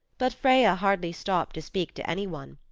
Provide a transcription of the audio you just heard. but freya hardly stopped to speak to anyone.